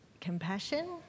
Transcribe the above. compassion